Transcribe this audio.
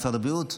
משרד הבריאות.